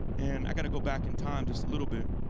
and i've got to go back in time just a little bit.